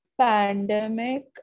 Pandemic